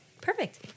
perfect